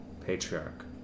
patriarch